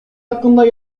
hakkında